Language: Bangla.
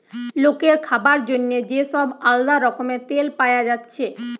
লোকের খাবার জন্যে যে সব আলদা রকমের তেল পায়া যাচ্ছে